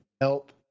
help